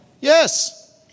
Yes